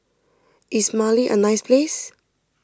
is Mali a nice place